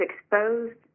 exposed